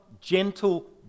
gentle